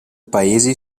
paesi